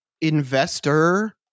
Investor